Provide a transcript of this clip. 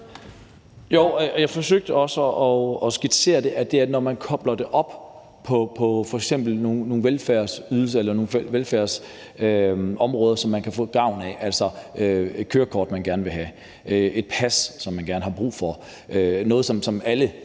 jeg forsøgte også at skitsere, at det er, når man kobler det op på f.eks. nogle velfærdsområder, noget, som man kan få gavn af, altså et kørekort, man gerne vil have, et pas, som man har brug for – noget, som